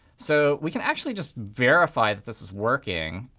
so we can actually just verify that this is working.